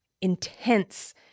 intense